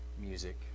music